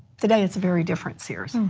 today it's a very different sears.